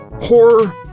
horror